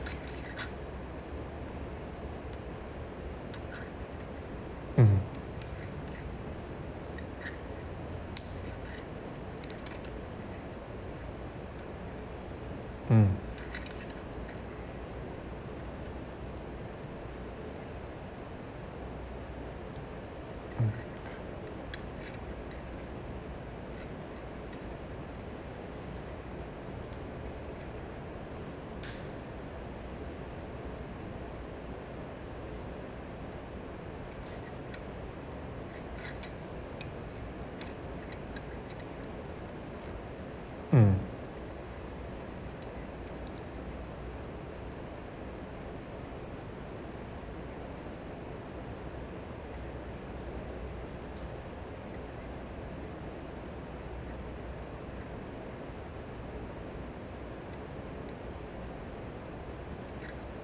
mm mm mm mm